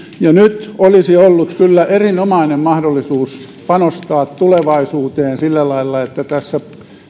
ja nyt olisi ollut kyllä erinomainen mahdollisuus panostaa tulevaisuuteen sillä lailla että tässä